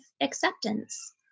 acceptance